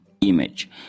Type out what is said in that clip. image